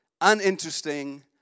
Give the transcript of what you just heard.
uninteresting